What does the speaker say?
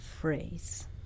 phrase